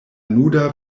nuda